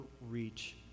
reach